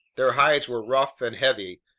their hides were rough and heavy,